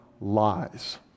lies